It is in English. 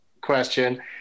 Question